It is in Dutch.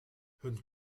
hun